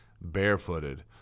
barefooted